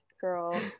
Girl